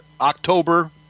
October